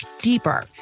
deeper